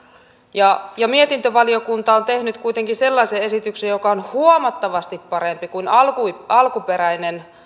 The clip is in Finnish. ja mietintövaliokunta on tehnyt kuitenkin sellaisen esityksen joka on huomattavasti parempi kuin alkuperäinen